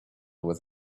with